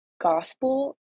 gospel